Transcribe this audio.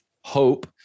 hope